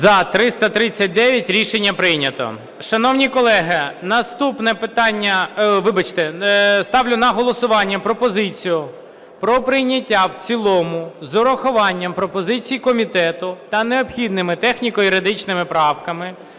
За-339 Рішення прийнято. Шановні колеги, наступне питання… Вибачте. Ставлю на голосування пропозицію про прийняття в цілому з урахуванням пропозицій комітету та необхідними техніко-юридичними правками